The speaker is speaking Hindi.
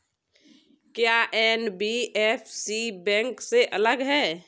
क्या एन.बी.एफ.सी बैंक से अलग है?